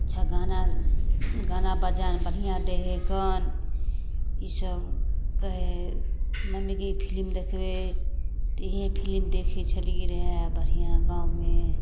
अच्छा गाना गाना बजाना बढ़िआँ दै हइ कन ईसभ कहै हइ मम्मी गै फिलिम देखबै तऽ इएह फिलिम देखै छलियै रहए बढ़िआँ गाँवमे